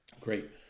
great